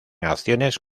acciones